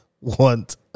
want